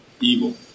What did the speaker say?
evil